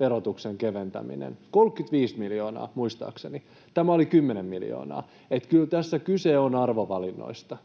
verotuksen keventäminen, 35 miljoonaa muistaakseni — tämä oli 10 miljoonaa. Kyllä tässä kyse on arvovalinnoista.